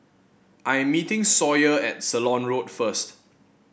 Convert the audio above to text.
I'm meeting Sawyer at Ceylon Road first